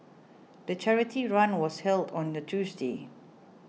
the charity run was held on the Tuesday